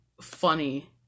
Funny